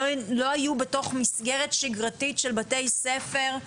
לא היו בתוך מסגרת שגרתית של בתי ספר,